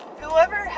whoever